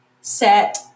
Set